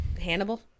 Hannibal